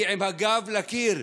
היא עם הגב לקיר.